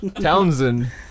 Townsend